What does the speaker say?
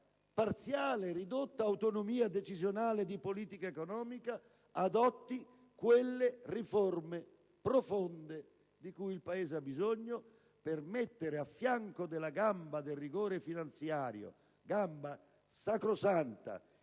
parziale e ridotta autonomia decisionale di politica economica, adotti quelle riforme profonde di cui ha bisogno per affiancare la gamba del rigore finanziario. Tale gamba,